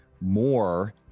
more